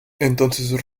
entonces